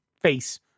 Face